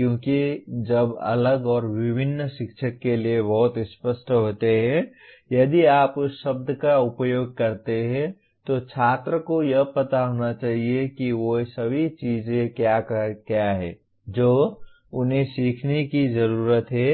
क्योंकि जब अलग और विभिन्न शिक्षक के लिए बहुत स्पष्ट होते हैं यदि आप उस शब्द का उपयोग करते हैं तो छात्र को यह पता होना चाहिए कि वे सभी चीजें क्या हैं जो उन्हें सीखने की जरूरत है